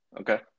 Okay